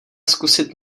zkusit